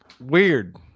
Weird